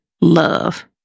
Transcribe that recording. love